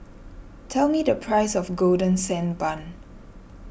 tell me the price of Golden Sand Bun